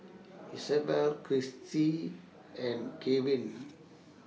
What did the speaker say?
Isobel Christie and Keven